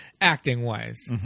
Acting-wise